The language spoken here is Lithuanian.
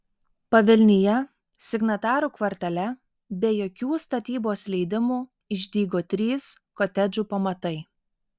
pavilnyje signatarų kvartale be jokių statybos leidimų išdygo trys kotedžų pamatai